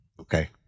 Okay